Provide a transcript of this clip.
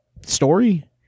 story